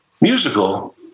musical